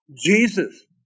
Jesus